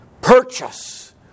purchase